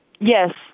Yes